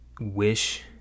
Wish